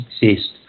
exist